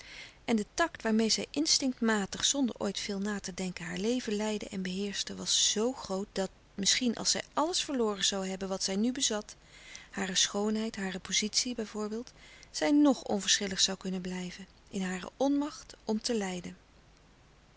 en de tact waarmeê zij instinctmatig zonder ooit veel na te denken haar leven leidde en beheerschte was zoo groot dat misschien als zij alles verloren zoû hebben wat zij nu bezat hare schoonheid hare pozitie bij voorbeeld zij nog onverschillig zoû kunlouis couperus de stille kracht nen blijven in hare onmacht om te lijden